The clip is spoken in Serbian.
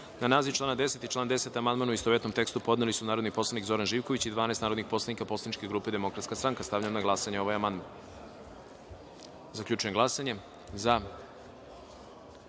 naziv člana 23. i član 23. amandman, u istovetnom tekstu, podneli su narodni poslanik Zoran Živković i 12 narodnih poslanika poslaničke grupe DS.Stavljam na glasanje ovaj amandman. Zaključujem glasanje: za